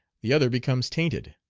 the other becomes tainted.